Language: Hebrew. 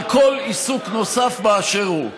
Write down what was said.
על כל עיסוק נוסף באשר הוא,